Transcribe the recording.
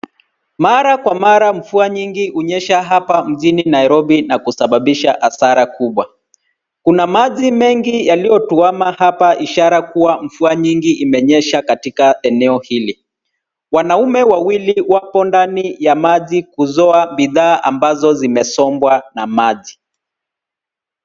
Mara kwa mara nyingi hunyesha hapa mjini Nairobi, na kusababisha hasara kubwa. Kuna maji mengi yaliyotuama hapa ishara kuwa mvua nyingi, imenyesha katika eneo hili. Wanaume wawili wapo ndani ya maji kuzoa bidhaa ambazo zimesombwa na maji.